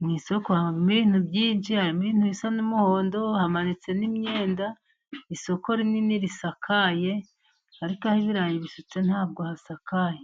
mu isoko harimo ibintu byinshi harimo ibintu bisa n'umuhondo, hamanitse n'imyenda, isoko rinini risakaye ariko aho ibirayi bisutse ntabwo hasakaye.